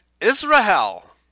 Israel